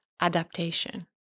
adaptation